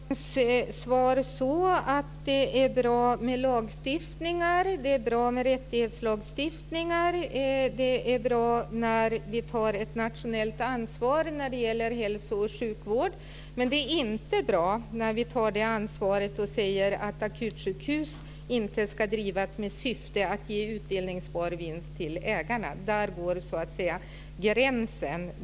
Fru talman! Jag tolkar Chatrine Pålssons svar som att det är bra med lagstiftningar, det är bra med rättighetslagstiftningar och det är bra när vi tar ett nationellt ansvar för hälso och sjukvård. Men det är inte bra när vi tar ansvaret och säger att akutsjukhus inte ska drivas med syfte att ge utdelningsbar vinst till ägarna. Där gå så att säga gränsen.